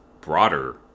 broader